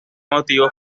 motivo